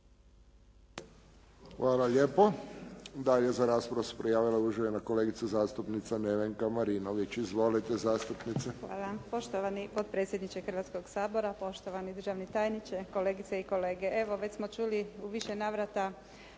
Hvala lijepo. Dalje za raspravu se prijavila uvažena kolegica zastupnica Nevenka Marinović. Izvolite zastupnice. **Marinović, Nevenka (HDZ)** Hvala. Poštovani potpredsjedniče Hrvatskoga sabora, poštovani državni tajniče, kolegice i kolege. Evo, već smo čuli u više navrata